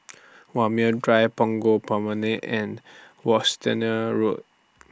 Walmer Drive Punggol Promenade and Road